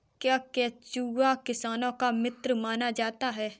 क्या केंचुआ किसानों का मित्र माना जाता है?